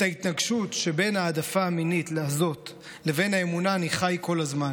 את ההתנגשות שבין ההעדפה המינית הזאת לבין האמונה אני חי כל הזמן.